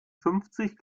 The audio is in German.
fünfzig